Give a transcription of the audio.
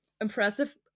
impressive